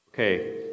Okay